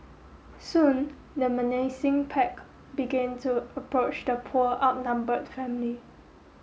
soon the menacing pack began to approach the poor outnumbered family